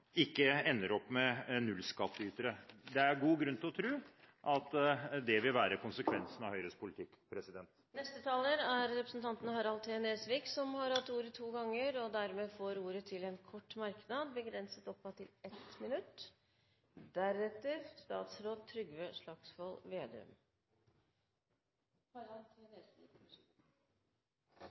ikke ender opp med nullskattytere. Det er god grunn til å tro at det vil være konsekvensen av Høyres politikk. Representanten Harald T. Nesvik har hatt ordet to ganger tidligere og får ordet til en kort merknad, begrenset til 1 minutt.